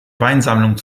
weinsammlung